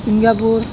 Singapore